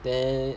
then